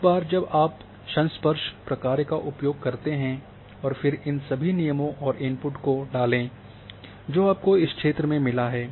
एक बार जब आप संस्पर्श प्रक्रिया का उपयोग करते हैं और फिर इन सभी नियमों और इनपुट को डालें जो आपको इस क्षेत्र में मिला है